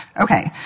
Okay